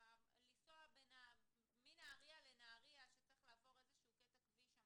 לנסוע מנהריה לנהריה כשצריך לעבור איזשהו קטע כביש שם,